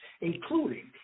including